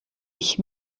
ich